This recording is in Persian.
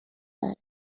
بره